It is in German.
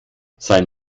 sein